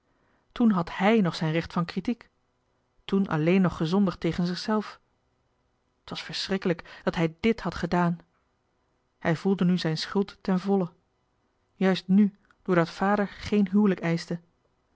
toen had hij nog zijn recht van kritiek toen alleen nog gezondigd tegen zich-zelf t was verschrikkelijk dat hij dit had gedaan hij voelde nu zijn schuld ten volle juist nu doordat vader geen huwelijk eischte